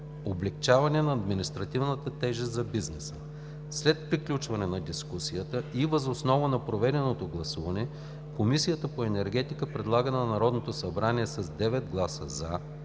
облекчаване на административната тежест за бизнеса. След приключване на дискусията и въз основа на проведеното гласуване Комисията по енергетика предлага на Народното събрание с 9 гласа „за“,